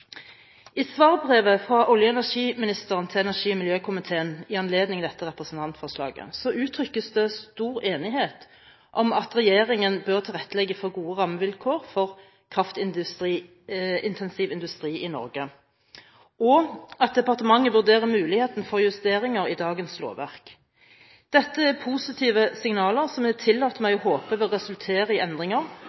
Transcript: I svarbrevet fra olje- og energiministeren til energi- og miljøkomiteen i anledning dette representantforslaget uttrykkes det stor enighet om at regjeringen bør tilrettelegge for gode rammevilkår for kraftintensiv industri i Norge, og at departementet vurderer muligheten for justeringer i dagens lovverk. Dette er positive signaler som jeg tillater meg å håpe vil resultere i endringer